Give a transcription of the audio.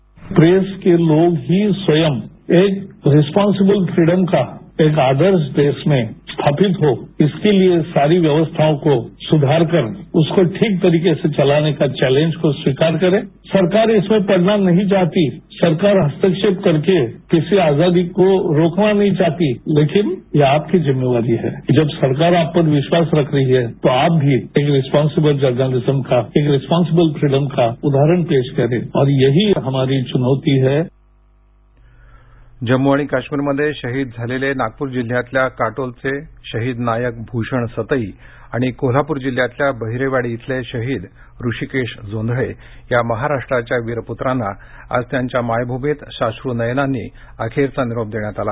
ध्वनी प्रेस के लोग ही स्वयं एक रिस्पांसिबल फ्रीडम का एक आदर्श देश में स्थापित हो इसके लिए सारी व्यवस्थाओं को सुधारकर उसको ठीक तरीके से चलाने का चैलेंज को स्वीकार करे सरकार इसमें पड़ना नहीं चाहती सरकार हस्तक्षेप करके किसी आजादी को रोकना नहीं चाहती लेकिन यह आपकी जिम्मेवारी है जब सरकार आप पर विश्वास रख रही है तो आप भी रिस्पांसिबल जनर्लिज्म का एक रिस्पांसिबल फ्रीडम का उदाहरण पेश करें और यही हमारी चुनौती है शहीद निरोप जम्मू आणि काश्मीरमध्ये शहीद झालेले नागपूर जिल्ह्यातल्या काटोलचे शहीद नायक भूषण सतई आणि कोल्हापूर जिल्ह्यातल्या बहिरेवाडी इथले शहीद ऋषिकेश जोंधळे या महाराष्ट्राच्या वीर पुत्रांना आज त्यांच्या मायभूमीत साश्रू नयनांनी अखेरचा निरोप देण्यात आला